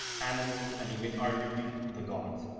animals, and even arguably the gods.